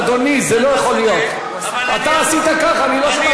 אדוני, זה לא יכול להיות.